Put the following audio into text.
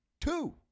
Two